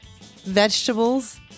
vegetables